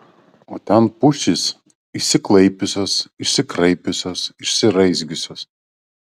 o ten pušys išsiklaipiusios išsikraipiusios išsiraizgiusios